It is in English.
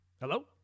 Hello